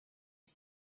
iki